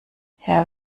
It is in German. herr